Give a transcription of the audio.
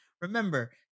remember